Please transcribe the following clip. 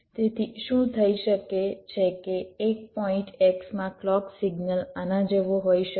તેથી શું થઈ શકે છે કે એક પોઈંટ x માં ક્લૉક સિગ્નલ આના જેવો હોઈ શકે